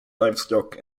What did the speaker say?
livestock